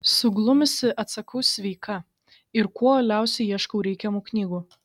suglumusi atsakau sveika ir kuo uoliausiai ieškau reikiamų knygų